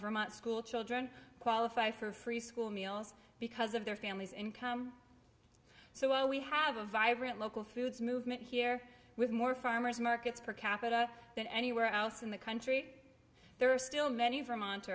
f schoolchildren qualify for free school meals because of their family's income so while we have a vibrant local foods movement here with more farmers markets per capita than anywhere else in the country there are still many